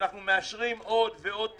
אנחנו מאשרים עוד ועוד תקציבים,